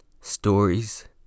stories